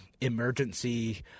emergency